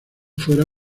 fuera